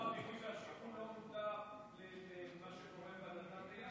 יכול להיות ששר הבינוי והשיכון לא מודע למה שקורה בנדל"ן ביפו.